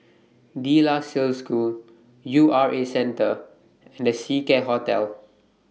De La Salle School U R A Centre and The Seacare Hotel